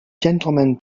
gentlemen